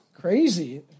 Crazy